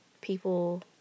people